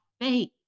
faith